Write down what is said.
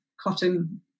cotton